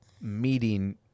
meeting